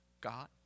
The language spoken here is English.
God